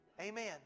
Amen